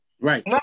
Right